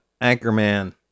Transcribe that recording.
anchorman